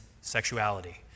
sexuality